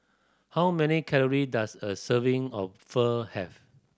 how many calories does a serving of Pho have